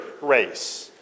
race